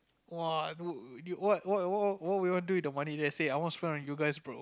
!woah! what what what you want do with the money then I say I want spend on you guys bro